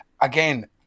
again